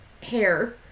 hair